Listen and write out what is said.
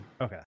Okay